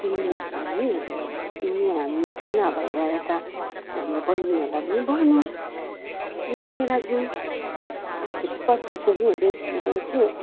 तिमी हामी तिमी हामी मात्रै नभएर यता हाम्रो बहिनीहरूलाई पनि भनौँ त्यही लिएर जाऊँ आखिरी कति चाहिँ नि बेसीमा बेसी